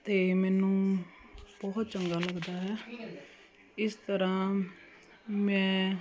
ਅਤੇ ਮੈਨੂੰ ਬਹੁਤ ਚੰਗਾ ਲੱਗਦਾ ਹੈ ਇਸ ਤਰ੍ਹਾਂ ਮੈਂ